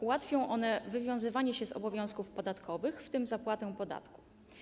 Ułatwią one wywiązywanie się z obowiązków podatkowych, w tym zapłatę podatku.